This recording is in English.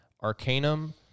arcanum